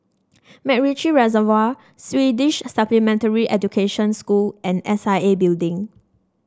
MacRitchie Reservoir Swedish Supplementary Education School and S I A Building